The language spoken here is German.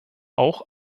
auch